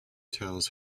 tells